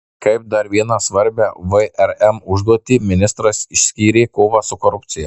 kaip dar vieną svarbią vrm užduotį ministras išskyrė kovą su korupcija